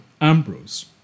Ambrose